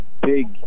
big